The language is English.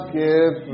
give